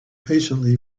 patiently